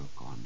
on